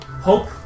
Hope